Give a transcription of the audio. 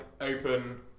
open